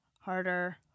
Harder